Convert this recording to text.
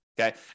Okay